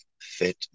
fit